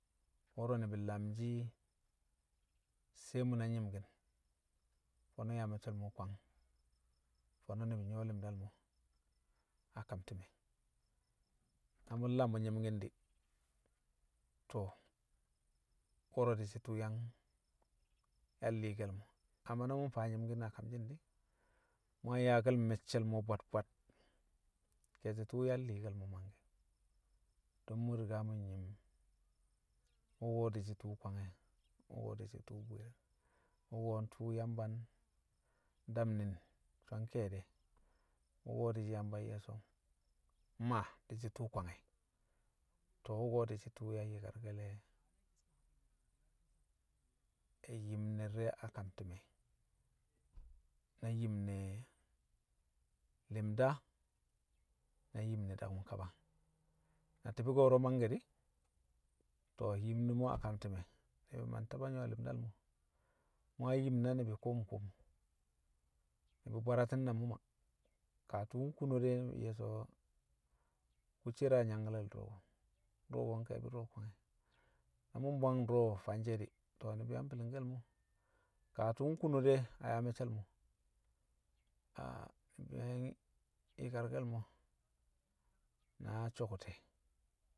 wo̱ro̱ ni̱bi̱ lamshi̱ sai mṵ na nyi̱mki̱n fo̱no̱ yaa me̱cce̱l mo̱ kwang fo̱no̱ ni̱bi̱ nyṵwo̱ li̱mdal mo̱ a kam ti̱me̱. Na mṵ nlam bṵ nyi̱mki̱n di̱, wo̱ro̱ di̱shi̱ tṵṵ yang, yang li̱i̱ke̱l mo̱. Amma na mṵ mfaa nyi̱mki̱n a kamshi̱n di̱ mṵ yang yaake̱l me̱cce̱l mo̱ bwad bwad, ke̱e̱shi̱ tuṵ yang li̱i̱ke̱l mo̱ mangke̱. Don mṵn riga mṵ nyim wṵko̱ di̱shi̱ tṵṵ kwange̱, wṵko̱ di̱shi̱ tṵṵ bwi̱i̱r, wṵko̱ ntṵṵ Yamba ndam ni̱n so̱ nki̱ye̱ de̱, wṵko̱ di̱shi̱ Yamba nye̱ so mmaa, di̱ shi̱ tṵṵ kwange̱. To̱ wṵko̱ di̱shi̱ tṵṵ yang yi̱karke̱le̱ yim ne̱ di̱re̱ a kam ti̱me̱ na yim ne̱ li̱mda na yim ne̱ dakṵm kaba, na ti̱bi̱ ko̱ro̱ mangke̱ di̱, to̱ yim ne̱ mo̱ a kam ti̱me̱ ni̱bi̱ man taba nyṵwo̱ li̱mdal mo̱, mṵ yang yim na ni̱bi̱ ku̱u̱m ku̱u̱m, ni̱bi̱ bwarati̱n na mṵ ma. Kaa tṵṵ nkuno de ye̱ so̱ kṵ cer a nyangkale̱l dṵro̱ ko̱, dṵro̱ ko̱ nke̱e̱bi̱ dṵro̱ kwange̱. Na mṵ mbwang dṵro̱ fanshe̱ di̱, to̱, ni̱bi̱ yang bi̱li̱ngke̱l mo̱, kaa tṵṵ nkuno de a yaa me̱cce̱l mo̱ be̱eee̱ myi̱karke̱l mo̱ na so̱ko̱te̱.